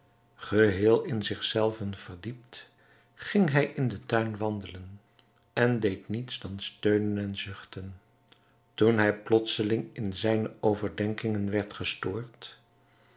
geheel in zich zelven verdiept ging hij in den tuin wandelen en deed niets dan steunen en zuchten toen hij plotseling in zijne overdenkingen werd gestoord